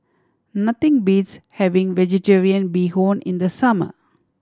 nothing beats having Vegetarian Bee Hoon in the summer